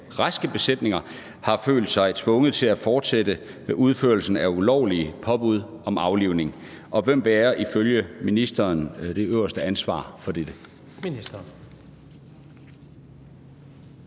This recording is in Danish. raske besætninger har følt sig tvunget til at fortsætte med udførelsen af det ulovlige påbud om aflivning, og hvem bærer ifølge ministeren det øverste ansvar? Tredje